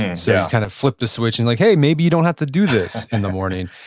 yeah kind of flip the switch and like hey, maybe you don't have to do this in the morning.